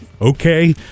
Okay